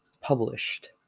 Published